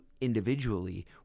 individually